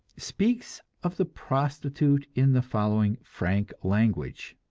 speaks of the prostitute in the following frank language